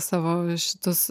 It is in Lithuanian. savo šitus